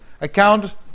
account